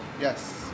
Yes